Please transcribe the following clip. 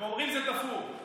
הם אומרים: זה תפור.